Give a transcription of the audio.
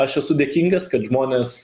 aš esu dėkingas kad žmonės